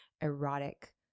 erotic